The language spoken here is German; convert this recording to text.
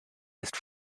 ist